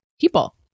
people